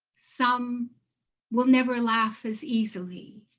some will never laugh as easily.